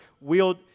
wield